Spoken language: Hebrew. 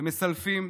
הם מסלפים,